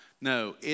No